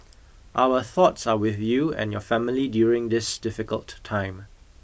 our thoughts are with you and your family during this difficult time